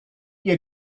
your